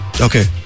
Okay